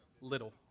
little